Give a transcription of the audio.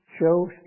show